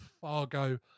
Fargo